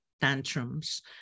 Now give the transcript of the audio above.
tantrums